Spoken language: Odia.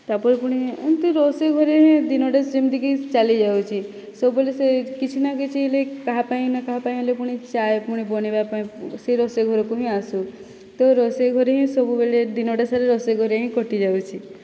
ତା'ପରେ ପୁଣି ଏମିତି ରୋଷେଇ ଘରେ ହିଁ ଦିନଟା ସେମତିକି ଚାଲି ଯାଉଛି ସବୁବେଳେ ସେହି କିଛିନା କିଛି ଲାଇକ୍ କାହା ପାଇଁ ନା କାହା ପାଇଁ ହେଲେ ପୁଣି ଚା' ପୁଣି ବନାଇବା ପାଇଁ ସେହି ରୋଷେଇ ଘରକୁ ହିଁ ଆସୁ ତ ରୋଷେଇ ଘରେ ହିଁ ସବୁବେଳେ ଦିନଟା ସାରା ରୋଷେଇ ଘରେ ହିଁ କଟିଯାଉଛି